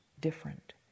different